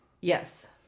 Yes